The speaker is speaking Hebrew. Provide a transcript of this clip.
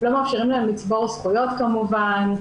לא מאפשרים להן לצבור זכויות כמובן,